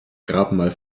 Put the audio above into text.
grabmal